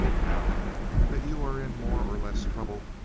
now that you are in more or less trouble,